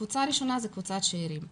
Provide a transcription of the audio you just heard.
קבוצה ראשונה זו קבוצת שארים.